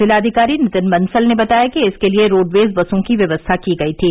जिलाधिकारी नितिन बंसल ने बताया कि इसके लिए रोडवेज बसों की व्यवस्था की गयी थी